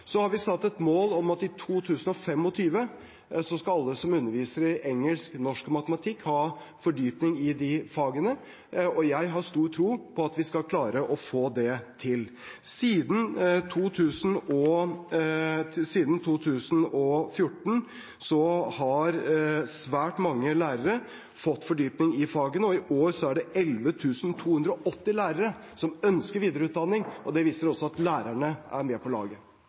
Så har vi satt et mål om at i 2025 skal alle som underviser i engelsk, norsk og matematikk, ha fordypning i de fagene, og jeg har stor tro på at vi skal klare å få det til. Siden 2014 har svært mange lærere fått fordypning i fagene. I år er det 11 280 lærere som ønsker videreutdanning, og det viser at også lærerne er med på laget.